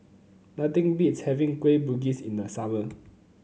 nothing beats having Kueh Bugis in the summer